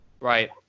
Right